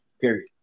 period